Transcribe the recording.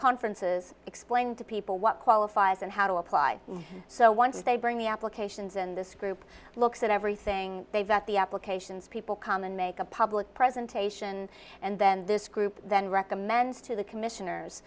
conferences explain to people what qualifies and how to apply so once they bring the applications in this group looks at everything they've got the applications people come and make a public presentation and then this group then recommends to the commissioners